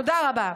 תודה רבה.